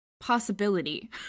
possibility